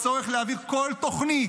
הוא הצורך להעביר כל תוכנית,